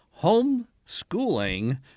Homeschooling